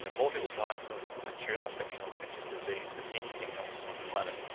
and more people died from bacterial infection, infectious disease, than anything else on the planet.